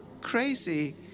crazy